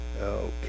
Okay